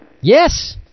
yes